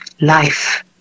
life